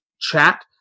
chat